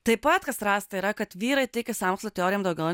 taip pat kas rasta yra kad vyrai tiki sąmokslo teorijom daugiau